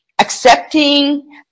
accepting